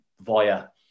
via